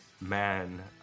man